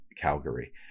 Calgary